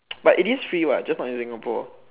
but it is free what just not in Singapore